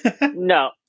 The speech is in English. No